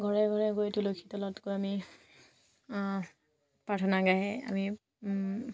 ঘৰে ঘৰে গৈ তুলসী তলত গৈ আমি প্ৰাৰ্থনা গাই আমি